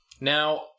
now